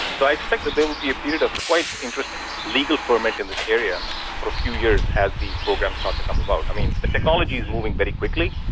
so i expect that there will be a period of quite interesting legal ferment in this area for a few years as these programs starts to come about. i mean, the technology is moving very quickly,